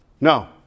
No